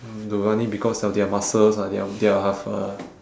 into running because of their muscles ah their they'll have uh